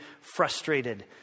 frustrated